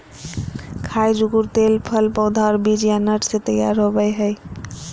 खाय जुकुर तेल फल पौधा और बीज या नट से तैयार होबय हइ